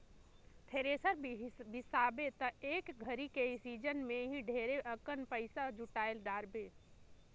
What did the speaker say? thresher बिसाबे त एक घरी के सिजन मे ही ढेरे अकन पइसा जुटाय डारबे